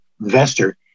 investor